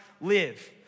live